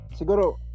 siguro